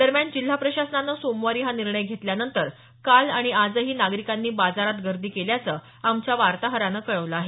दरम्यान जिल्हा प्रशासनाने सोमवारी हा निर्णय घेतल्यानंतर काल आणि आजही नागरीकांनी बाजारात गर्दी केल्याचं आमच्या वार्ताहरानं कळवलं आहे